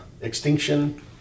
Extinction